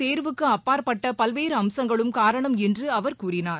தோ்வுக்கு அப்பாற்பட்ட பல்வேறு அம்சங்களும் காரணம் என்று அவர் கூறினார்